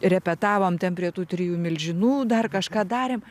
repetavom ten prie tų trijų milžinų dar kažką darėm